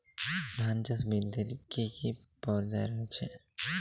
ধান চাষ বৃদ্ধির কী কী পর্যায় রয়েছে?